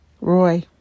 Roy